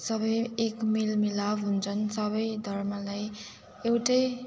सबै एक मिलमिलाप हुन्छन् सबै धर्मलाई एउटै